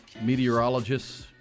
meteorologists